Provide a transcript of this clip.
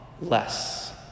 less